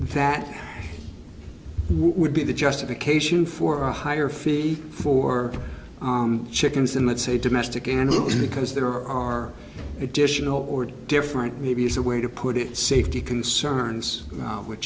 that would be the justification for a higher fee for chickens than let's say domestic an illusion because there are additional or different maybe as a way to put it safety concerns w